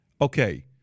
okay